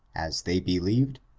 as they believed,